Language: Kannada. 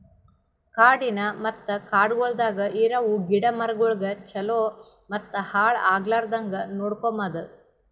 ಕಾಡಿನ ಮತ್ತ ಕಾಡಗೊಳ್ದಾಗ್ ಇರವು ಗಿಡ ಮರಗೊಳಿಗ್ ಛಲೋ ಮತ್ತ ಹಾಳ ಆಗ್ಲಾರ್ದಂಗ್ ನೋಡ್ಕೋಮದ್